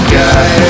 guy